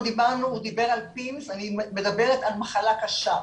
הוא דיבר על pims, אני מדברת על מחלת קורונה קשה,